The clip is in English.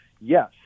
Yes